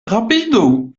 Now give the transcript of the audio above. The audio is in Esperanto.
rapidu